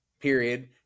period